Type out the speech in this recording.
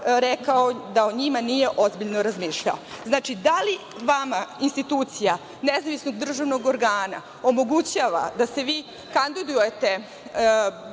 da o njima nije ozbiljno razmišljao. Znači, da li vama institucija nezavisnog državnog organa omogućava da se vi kandidujete,